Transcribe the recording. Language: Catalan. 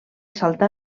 salta